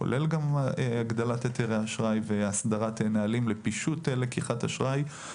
כולל הגדלת היתרי האשראי והסדרת נהלים לפישוט לקיחת אשראי.